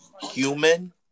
human